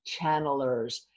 channelers